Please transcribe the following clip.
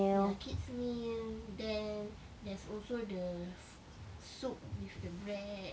ya kid's meal then there's also the soup with the bread